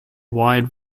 wide